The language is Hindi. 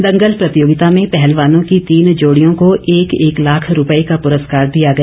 दंगल प्रतियोगिता में पहलवानों की तीन जोड़ियों को एक एक लाख रूपये का पुरस्कार दिया गया